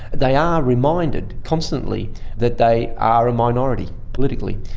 they are reminded constantly that they are a minority politically,